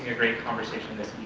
great conversation this